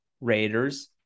Raiders